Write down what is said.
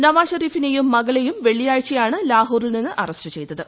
നവാസ് ഷെരീഫിനെയും മകളെയും വെള്ളിയാഴ്ചയാണ് ലാഹോറിൽ അറസ്റ്റ് ചെയ്തത്